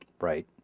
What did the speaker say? right